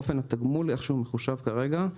איך שהתגמול מחושב כרגע,